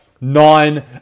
nine